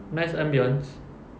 nice ambience